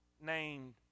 named